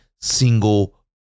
single